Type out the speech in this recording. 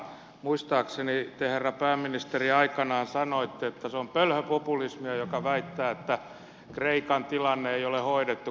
muistaakseni te herra pääministeri aikoinaan sanoitte kun ensimmäinen tukipaketti annettiin että se on pölhöpopulismia jos joku väittää että kreikan tilanne ei ole hoidettu